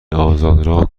آزادراه